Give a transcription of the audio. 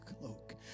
cloak